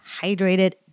hydrated